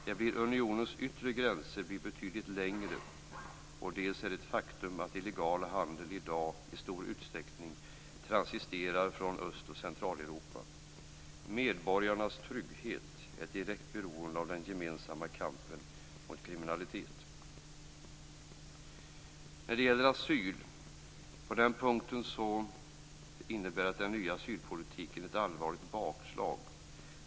Dels blir unionens yttre gränser betydligt längre, dels är det ett faktum att illegal handel i dag i stor utsträckning transiterar från Öst och Centraleuropa. Medborgarnas trygghet är direkt beroende av den gemensamma kampen mot kriminalitet. När det gäller asyl vill jag säga att den nya asylpolitiken innebär ett allvarligt bakslag.